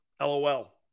LOL